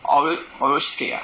ore~ oreo cheesecake ah